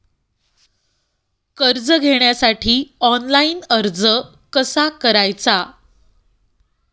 कर्ज घेण्यासाठी ऑनलाइन अर्ज कसा करायचा?